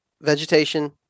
vegetation